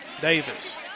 Davis